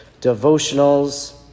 devotionals